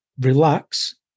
Relax